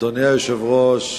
אדוני היושב-ראש,